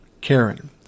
Karen